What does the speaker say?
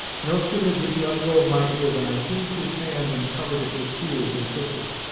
no sooner did he let go of my ear than i seized his hand and covered it with tears and kisses.